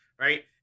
right